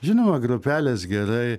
žinoma grupelės gerai